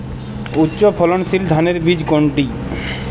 উচ্চ ফলনশীল ধানের বীজ কোনটি?